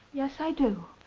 yes, i do.